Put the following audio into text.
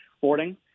boarding